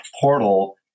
portal